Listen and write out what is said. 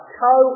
co